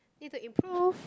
need to improve